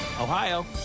Ohio